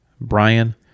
Brian